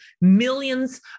millions